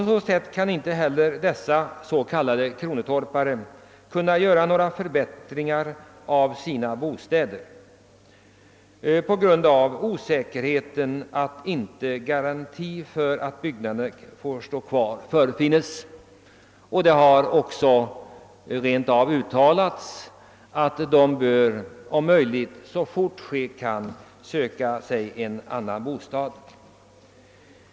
Eftersom det inte finns någon garanti för att byggnaderna får stå kvar — det har till och med uttalats att vederbörande snarast möjligt bör söka sig annan bostad — har dessa s.k. kronotorpare inte kunnat förbättra sina bostäder.